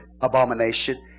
abomination